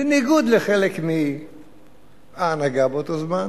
בניגוד לחלק מההנהגה באותו זמן,